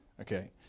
Okay